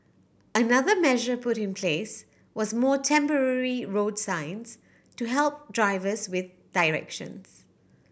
another measure put in place was more temporary road signs to help drivers with directions